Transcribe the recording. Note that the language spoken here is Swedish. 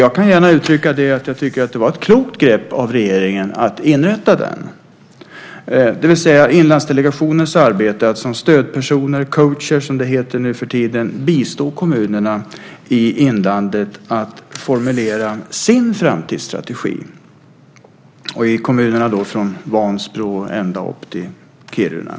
Jag kan gärna tillstå att jag tycker att det var ett klokt grepp av regeringen att inrätta den. Inlandsdelegationen arbetade ju som stödpersoner - coacher, som det heter nuförtiden - genom att bistå kommunerna i inlandet när de skulle formulera sin framtidsstrategi. Det gällde kommuner från Vansbro och norrut till Kiruna.